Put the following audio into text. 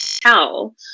tell